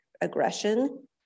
aggression